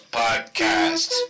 podcast